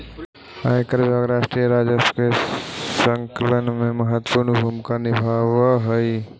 आयकर विभाग राष्ट्रीय राजस्व के संकलन में महत्वपूर्ण भूमिका निभावऽ हई